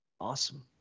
Awesome